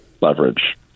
leverage